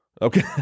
Okay